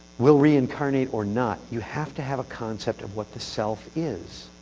will reincarnate or not, you have to have a concept of what the self is.